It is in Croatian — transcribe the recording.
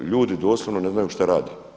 Ljudi doslovno ne znaju šta rade.